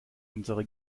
unsere